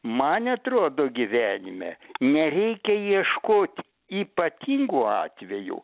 man atrodo gyvenime nereikia ieškot ypatingų atvejų